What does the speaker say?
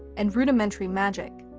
and rudimentary magic.